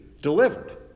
delivered